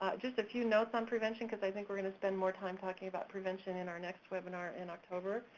ah just a few notes on prevention, because i think we're gonna spend more time talking about prevention in or next webinar in october.